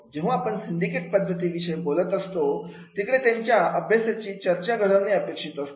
जेव्हा आपण सिंडिकेट पद्धतीविषयी बोलत असतो तिकडे त्यांच्या अभ्यासाची चर्चा घडविणे अपेक्षित असते